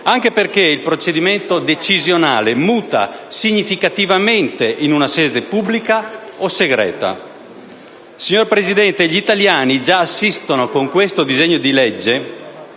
anche perché il procedimento decisionale muta significativamente in una sede pubblica o segreta. Signor Presidente, gli italiani con questo disegno di legge